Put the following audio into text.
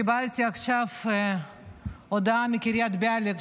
קיבלתי עכשיו הודעה מקריית ביאליק,